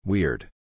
Weird